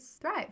thrive